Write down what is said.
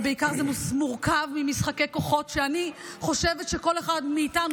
ובעיקר זה מורכב ממשחקי כוחות שאני חושבת שכל אחד מאיתנו,